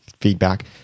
feedback